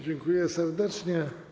Dziękuję serdecznie.